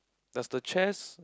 does the chairs